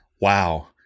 wow